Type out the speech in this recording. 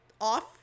Off